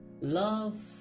Love